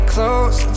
Close